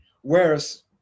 whereas